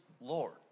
Lord